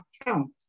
account